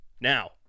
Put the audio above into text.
Now